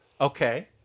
Okay